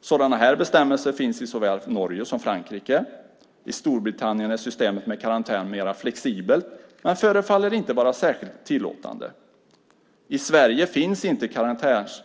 Sådana här bestämmelser finns i såväl Norge som Frankrike. I Storbritannien är systemet med karantän mera flexibelt, men förefaller inte vara särskilt tillåtande. - I Sverige finns inte